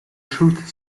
truth